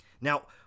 Now